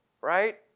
right